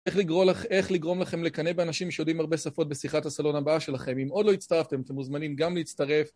איך לגרום לכם לקנא באנשים שיודעים הרבה שפות בשיחת הסלון הבאה שלכם. אם עוד לא הצטרפתם, אתם מוזמנים גם להצטרף.